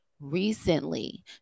Recently